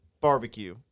barbecue